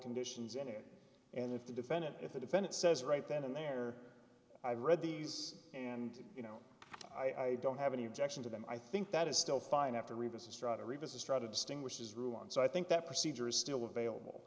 conditions in it and if the defendant if the defendant says right then and there i read these and you know i don't have any objection to them i think that is still fine after revisits try to revisit try to distinguish is ruined so i think that procedure is still available